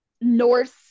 Norse